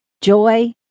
joy